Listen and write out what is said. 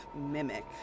mimic